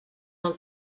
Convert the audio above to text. del